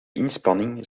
inspanning